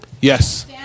Yes